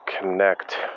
connect